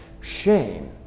Shame